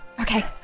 Okay